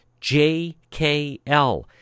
jkl